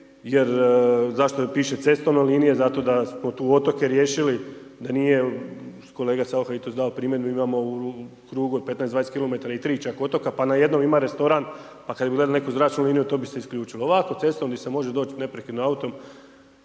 jer zašto piše cestovna linija zato da smo tu otoke riješili da nije kolega Saucha jutros dao primjedbu imamo u krugu od 15-20 km i tri čak otoka pa na jednom ima restoran pa kad bi gledali neku zračnu liniju to bi se isključilo. Ovako cestovni se može doći neprekidno autom